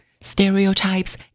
stereotypes